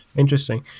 interesting.